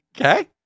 Okay